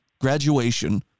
graduation